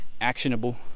actionable